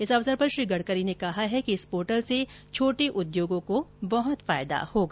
इस वसर पर श्री गडकरी ने कहा कि इस पोर्टल से छोटे उद्योगों को बहत फायदा होगा